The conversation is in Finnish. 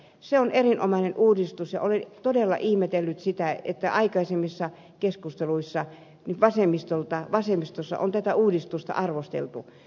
se on erinomainen uudistus ja olen todella ihmetellyt sitä että aikaisemmissa keskusteluissa vasemmistossa on tätä uudistusta arvosteltu